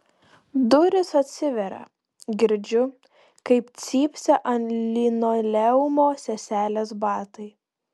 durys atsiveria girdžiu kaip cypsi ant linoleumo seselės batai